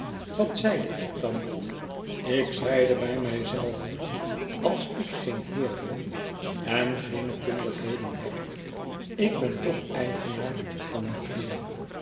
wat zeide ik dan ik zeide bij mij zelven als ik geen heer ben en geene kundigheden heb ik ben toch eigenaar van een heer